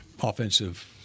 offensive